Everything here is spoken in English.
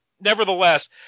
Nevertheless